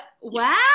Wow